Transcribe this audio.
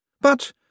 But